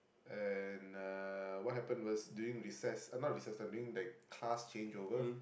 and uh what happenned was during recess uh not recess time during the class change over